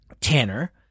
Tanner